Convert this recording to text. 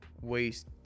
waste